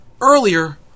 Earlier